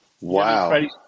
Wow